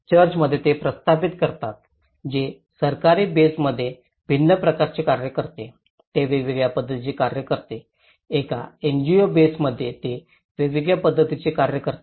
चर्चमध्ये ते स्थापित करतात ते सरकारी बेसमध्ये भिन्न प्रकारे कार्य करते ते वेगळ्या पद्धतीने कार्य करते एका एनजीओ बेसमध्ये ते वेगळ्या पद्धतीने कार्य करते